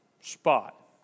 spot